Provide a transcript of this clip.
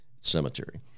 cemetery